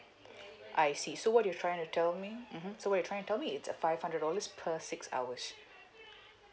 I see so what you're trying to tell me mmhmm so what you're trying to tell me it's a five hundred dollars per six hours